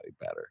better